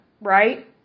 right